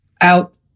out